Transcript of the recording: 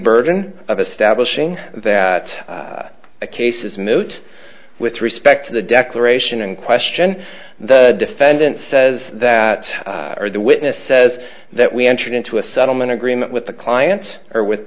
burden of establishing that a case is moot with respect to the declaration and question the defendant says that the witness says that we entered into a settlement agreement with the client or with